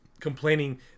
complaining